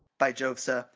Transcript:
by jove, sir,